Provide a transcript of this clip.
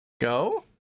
go